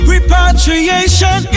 Repatriation